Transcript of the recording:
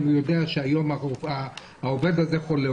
אם הוא יודע שהיום העובד הזה חולה,